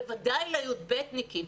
בוודאי ל"י"ב-ניקים".